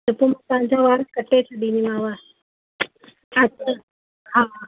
त पोइ तव्हांजा वार कटे छॾींदीमांव अछा हा